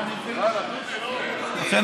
לכן,